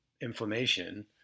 inflammation